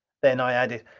then i added,